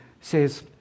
says